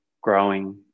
growing